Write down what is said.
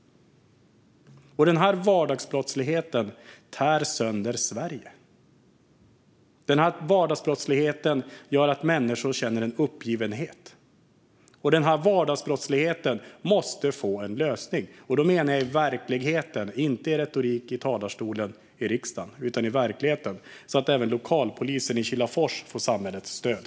Den här vardagsbrottsligheten tär sönder Sverige. Den här vardagsbrottsligheten gör att människor känner uppgivenhet. Den här vardagsbrottsligheten måste få en lösning, och då menar jag i verkligheten - inte i retorik i riksdagens talarstol utan i verkligheten, så att även lokalpolisen i Kilafors får samhällets stöd.